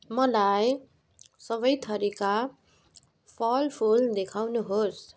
मलाई सबै थरीका फलफुल देखाउनुहोस्